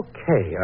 Okay